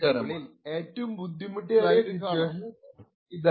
ഇങ്ങനെയുള്ള കേസുകളിൽ ഏറ്റവും ബുദ്ധിമുട്ടേറിയ സിറ്റുവേഷൻ എന്നതിതാണ്